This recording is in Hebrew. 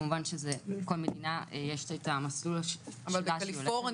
כמובן שלכל מדינה יש את המסלול שלה --- בקליפורניה,